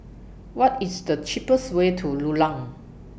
What IS The cheapest Way to Rulang